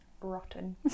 rotten